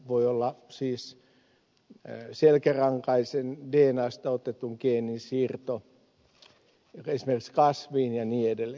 voi olla siis selkärankaisen dnasta otetun geenin siirto esimerkiksi kasviin ja niin edelleen